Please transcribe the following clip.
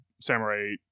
Samurai